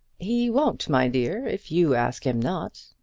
he won't, my dear, if you ask him not,